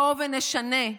בוא נשנה.